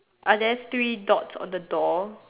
are there three dots on the door